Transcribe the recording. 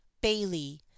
Bailey